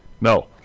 no